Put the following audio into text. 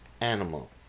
animal